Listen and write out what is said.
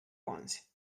once